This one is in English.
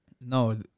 No